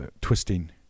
twisting